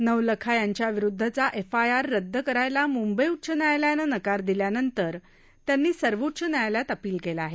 नवलखा यांच्याविरुद्धचा F I R रद्द करायला मुंबई उच्च न्यायालयानं नकार दिल्यानंतर त्यांनी सर्वोच्च न्यायालयात अपील केलं आहे